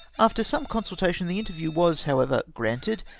after some consultation, the inter iew was, however, granted,